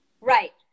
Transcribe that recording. right